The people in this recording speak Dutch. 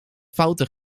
fouten